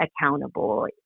accountable